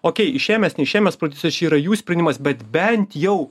okėj išėmęs neišėmęs producijos čia yra jų sprendimas bet bent jau